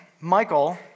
Michael